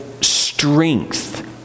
strength